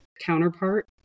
counterpart